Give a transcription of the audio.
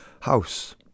House